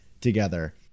together